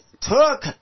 took